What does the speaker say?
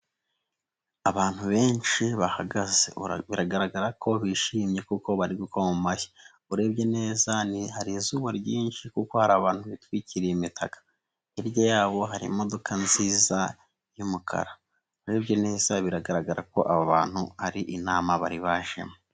Abantu benshi bahagaze, bigaragara ko bishimye kuko bari gukoma amashyi. Urebye neza hari izuba ryinshi, kuko hari abantu bitwikiriye imitaka, hirya yabo hari imodoka nziza y'umukara. Urebye neza biragaragara ko aba bantu ari inama bari bajemo.